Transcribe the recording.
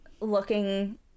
looking